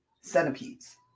centipedes